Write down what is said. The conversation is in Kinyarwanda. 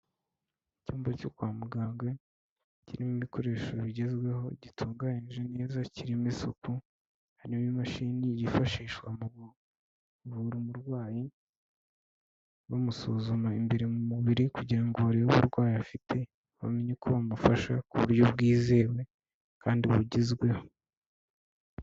Icyumba cyo kwa muganga kirimo ibikoresho bigezweho, gitunganyije neza, kirimo isuku, harimo imashini yifashishwa mu kuvura umurwayi; bamusuzuma imbere mu mubiri kugira ngo barebe uburwayi afite, bamenye ko bamufasha ku buryo bwizewe kandi bugezweho.